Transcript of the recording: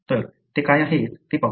तर ते काय आहेत ते पाहूया